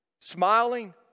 smiling